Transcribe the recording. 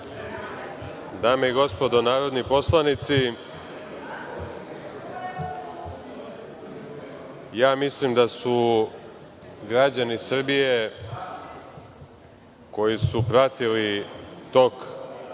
Dame i gospodo narodni poslanici, mislim da su građani Srbije, koji su pratili tok